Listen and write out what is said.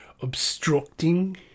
obstructing